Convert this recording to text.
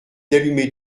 d’allumer